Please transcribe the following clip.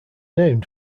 named